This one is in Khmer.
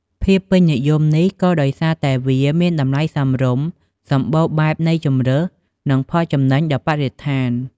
ភាពពេញនិយមនេះក៏ដោយសារតែវាមានតម្លៃសមរម្យ សម្បូរបែបនៃជម្រើស និងផលចំណេញដល់បរិស្ថាន។